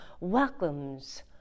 welcomes